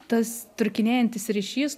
tas trūkinėjantis ryšys